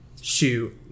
shoot